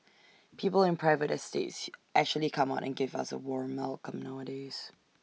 people in private estates actually come out and give us A warm welcome nowadays